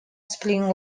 spring